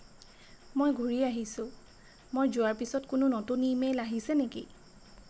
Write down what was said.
মই ঘূৰি আহিছোঁ মই যোৱাৰ পিছত কোনো নতুন ইমেইল আহিছে নেকি